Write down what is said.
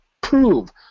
prove